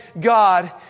God